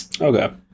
Okay